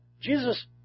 Jesus